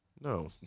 No